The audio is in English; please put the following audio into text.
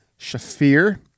Shafir